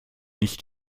nicht